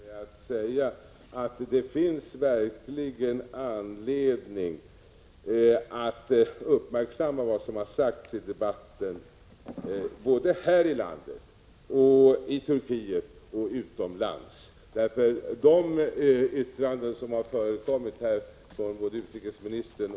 Härmed ber jag att till utrikeshandelsministern få framställa följande interpellation: Frihandel är för ett handelsberoende land som Sverige av vital betydelse. Under senare år har svensk handel drabbats av olika inskränkningar till följd av handelsrestriktioner från andra länder. Också Sverige för i vissa avseenden en restriktiv handelspolitik.